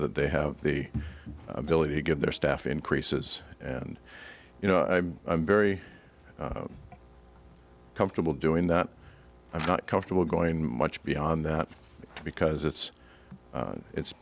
that they have the ability to give their staff increases and you know i'm i'm very comfortable doing that i'm not comfortable going much beyond that because it's